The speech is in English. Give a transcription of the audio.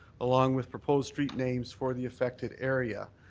along with proposed street names for the affected area.